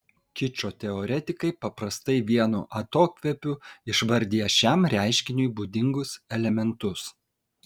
kičo teoretikai paprastai vienu atokvėpiu išvardija šiam reiškiniui būdingus elementus